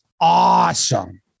awesome